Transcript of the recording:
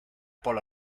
polo